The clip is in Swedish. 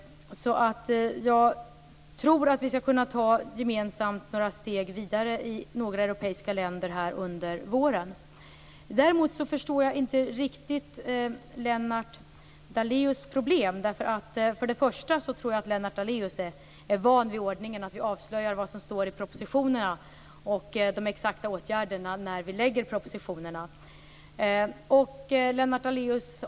Jag tror att vi i några europeiska länder gemensamt skall kunna ta några steg vidare under våren. Däremot förstår jag inte riktigt Lennart Daléus problem. Han borde vara van vid ordningen att vi avslöjar det som står i propositionerna och de exakta åtgärderna när vi lägger fram propositionerna.